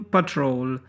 Patrol